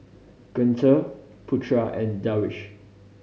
Guntur Putra and Darwish